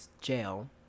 jail